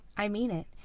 i mean it!